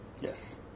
Yes